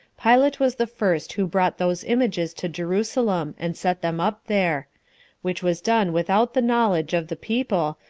pilate was the first who brought those images to jerusalem, and set them up there which was done without the knowledge of the people,